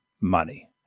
money